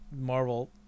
Marvel